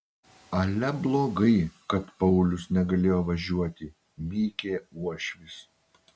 ale blogai kad paulius negalėjo važiuoti mykė uošvis